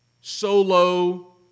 solo